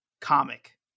comic